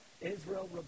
Israel